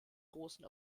großen